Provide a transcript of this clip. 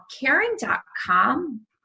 caring.com